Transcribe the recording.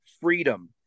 freedom